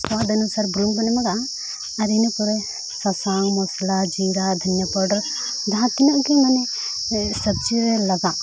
ᱥᱚᱣᱟᱫᱽ ᱚᱱᱩᱥᱟᱨ ᱵᱩᱞᱩᱝ ᱵᱚᱱ ᱮᱢᱟᱜᱼᱟ ᱟᱨ ᱤᱱᱟᱹ ᱯᱚᱨᱮ ᱥᱟᱥᱟᱝ ᱢᱚᱥᱞᱟ ᱡᱤᱨᱟᱹ ᱫᱷᱚᱱᱭᱟᱹ ᱡᱟᱦᱟᱸ ᱛᱤᱱᱟᱹᱜ ᱜᱮ ᱢᱟᱱᱮ ᱥᱟᱵᱽᱡᱤ ᱨᱮ ᱞᱟᱜᱟᱜ